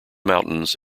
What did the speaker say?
mountains